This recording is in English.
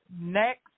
next